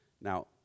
Now